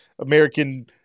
American